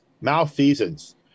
malfeasance